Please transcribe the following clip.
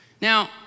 Now